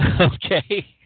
okay